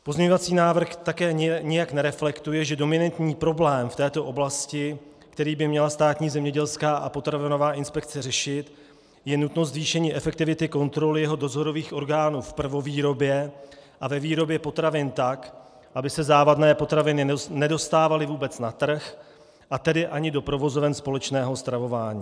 Pozměňovací návrh také nijak nereflektuje, že dominantní problém v této oblasti, který by měla Státní zemědělská a potravinová inspekce řešit, je nutnost zvýšení efektivity kontrol jeho dozorových orgánů v prvovýrobě a ve výrobě potravin tak, aby se závadné potraviny nedostávaly vůbec na trh, a tedy ani do provozoven společného stravování.